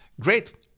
Great